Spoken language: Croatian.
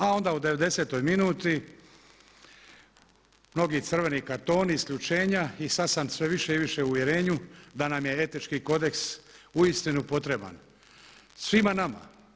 A onda u 90. minutu mnogi crveni kartoni, isključena i sada sam sve više i više u uvjerenju da nam je etički kodeks uistinu potreban, svima nama.